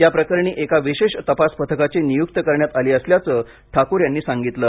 या प्रकरणी एका विशेष तपास पथकाची नियुक्ती करण्यात आली असल्याचं ठाकूर यांनी सांगितलं